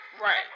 right